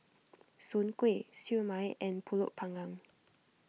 Soon Kway Siew Mai and Pulut Panggang